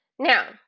Now